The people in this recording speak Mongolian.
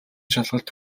шалгалт